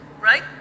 Right